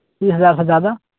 تیس ہزار سے زیادہ